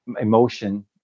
Emotion